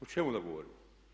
O čemu da govorim?